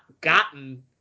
gotten